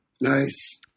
Nice